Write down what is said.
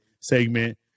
segment